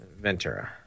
Ventura